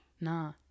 Nah